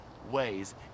Ways